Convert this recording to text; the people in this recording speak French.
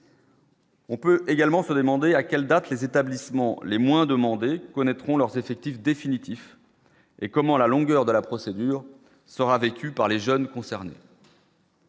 On peut également se demander à quelle date les établissements les moins demandées connaîtront leurs effectifs définitifs et comment la longueur de la procédure sera vécue par les jeunes concernés.